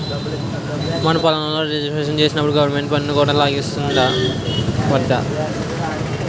మన పొలం రిజిస్ట్రేషనప్పుడే గవరమెంటు పన్ను కూడా లాగేస్తాది దద్దా